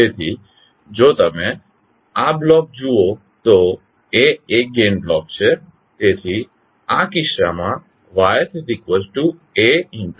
તેથી જો તમે આ બ્લોક જુઓ તો A એ ગેઇન બ્લોક છે તેથી આ કિસ્સામાં YsAX